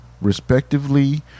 Respectively